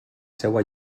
seua